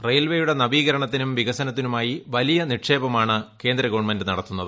റെയിൽവേയുടെ നവീകരണത്തിനും വികസനത്തിനുമായി വലിയ നിക്ഷേപമാണ് കേന്ദ്രഗവൺമെന്റ് നടത്തുന്നത്